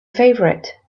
favorite